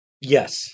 Yes